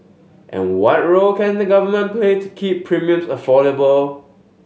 and what role can the Government play to keep premiums affordable